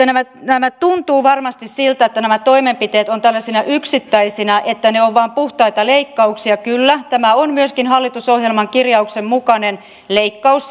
nämä nämä tuntuvat varmasti siltä että nämä toimenpiteet ovat tällaisina yksittäisinä vain puhtaita leikkauksia kyllä tämä on myöskin hallitusohjelman kirjauksen mukainen leikkaus